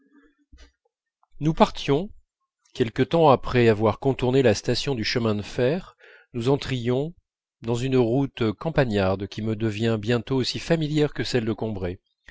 nous partions quelque temps après avoir contourné la station du chemin de fer nous entrions dans une route campagnarde qui me devint bientôt aussi familière que celles de combray